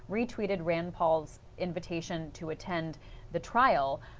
retreated rand paul's invitation to attend the trial.